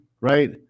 right